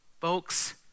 folks